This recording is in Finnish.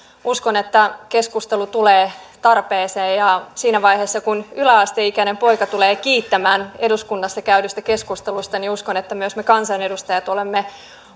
uskon että keskustelu tulee tarpeeseen ja siinä vaiheessa kun yläasteikäinen poika tulee kiittämään eduskunnassa käydystä keskustelusta niin uskon että myös me kansanedustajat olemme